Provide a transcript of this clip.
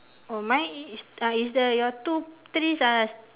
oh mine is is is uh the your two trees uh